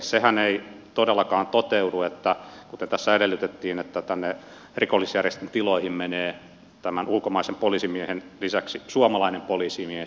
sehän ei todellakaan toteudu kuten tässä edellytettiin että tänne rikollisjärjestön tiloihin menee tämän ulkomaisen poliisimiehen lisäksi suomalainen poliisimies